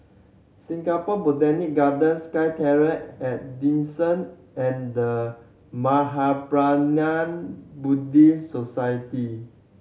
Singapore Botanic Gardens SkyTerrace at Dawson and The Mahaprajna Buddhist Society